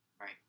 Right